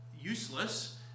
useless